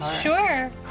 sure